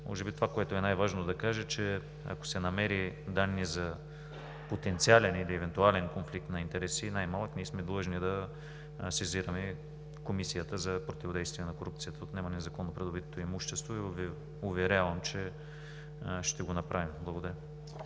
Може би това, което е най-важно да кажа, е, че ако се намерят данни за най-малък потенциален или евентуален конфликт на интереси, ние сме длъжни да сезираме Комисията за противодействие на корупцията и отнемане на незаконно придобитото имущество и Ви уверявам, че ще го направим. Благодаря.